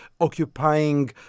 occupying